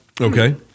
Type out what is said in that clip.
Okay